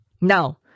Now